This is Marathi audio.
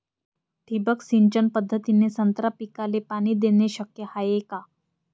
ठिबक सिंचन पद्धतीने संत्रा पिकाले पाणी देणे शक्य हाये का?